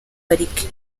parike